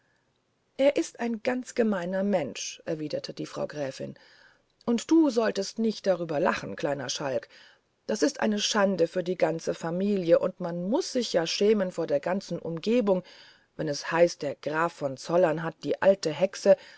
er ist ein ganz gemeiner mensch erwiderte die frau gräfin und du solltest nicht darüber lachen kleiner schalk das ist eine schande für die ganze familie und man muß sich ja schämen vor der ganzen umgegend wenn es heißt der graf von zollern hat die alte hexe